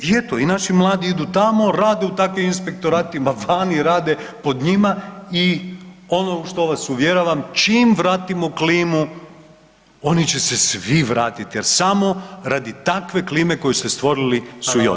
I eto i naši mladi idu tamo, rade u takvim inspektoratima vani, rade pod njima i ono što vas uvjeravam čim vratimo klimu oni će se svi vratit jer samo radi takve klime koju ste stvorili su i otišli.